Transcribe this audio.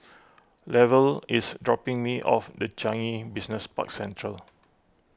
Lavelle is dropping me off the Changi Business Park Central